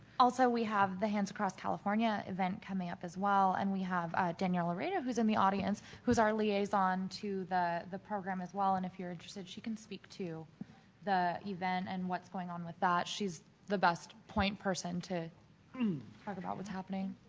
also we have the hands across california event coming up as well and we have daniel lareda who's in the audience who's our liaison to the the program as well and if you're interested she can speak to the event and what's going on with that. she's the best point person to about um what's happening.